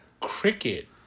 Cricket